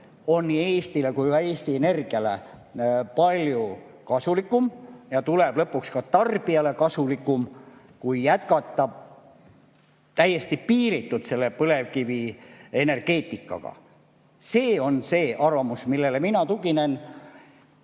on nii Eestile kui ka Eesti Energiale palju kasulikum ja tuleb lõpuks ka tarbijale kasulikum kui täiesti piiritu jätkamine põlevkivienergeetikaga. See on see arvamus, millele mina tuginen. Muidugi